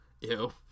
Ew